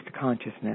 consciousness